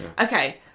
Okay